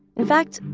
in fact,